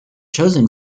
chosen